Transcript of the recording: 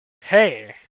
Hey